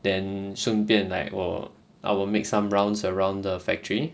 then 顺便 like 我 I'll make some rounds around the factory